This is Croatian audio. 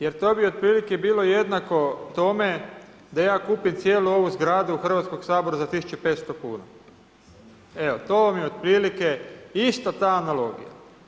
Jer to bi otprilike bilo jednako tome da ja kupim cijelu ovu zgradu Hrvatskog sabora za 1500 kuna, evo to vam je otprilike ista ta analogija.